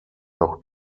noch